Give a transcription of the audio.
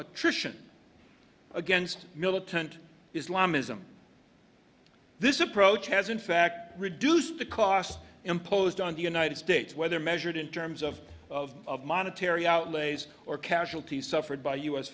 attrition against militant islamism this approach has in fact reduced the cost imposed on the united states whether measured in terms of of monetary outlays or casualties suffered by u